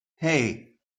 hey